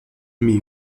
mais